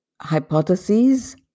hypotheses